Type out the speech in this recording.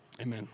amen